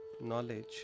Knowledge